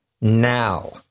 Now